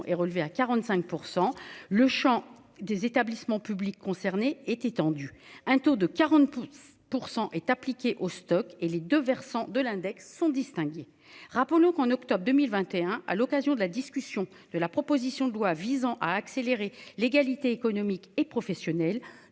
et relever à 45% le chant des établissements publics concernés étaient. Un tour de 40 pour est appliquée aux stocks et les 2 versants de l'index sont distingués. Rappelons qu'en octobre 2021 à l'occasion de la discussion de la proposition de loi visant à accélérer l'égalité économique et professionnelle,